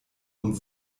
und